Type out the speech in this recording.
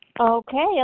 Okay